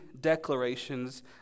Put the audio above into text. declarations